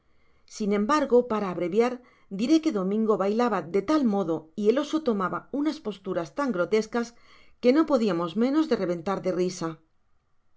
sin embargo para abreviar diré que domingo bailaba de tal modo y el oso tomaba unas posturas tan grotescas que no podiamos menos de reventar de risa mas